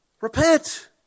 Repent